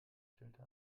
stellte